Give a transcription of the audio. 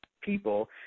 people